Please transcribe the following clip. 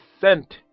sent